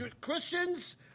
Christians